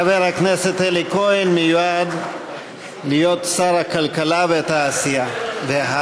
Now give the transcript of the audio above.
חבר הכנסת אלי כהן מיועד להיות שר הכלכלה והתעשייה.